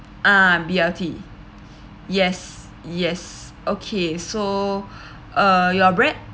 uh B_L_T yes yes okay so uh your bread